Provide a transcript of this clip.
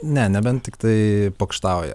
ne nebent tiktai pokštauja